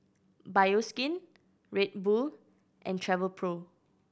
Bioskin Red Bull and Travelpro